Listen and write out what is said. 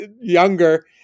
younger